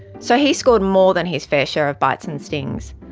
so he scored more than his fair share of bites and stings.